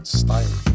style